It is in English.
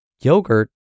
Yogurt